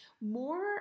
more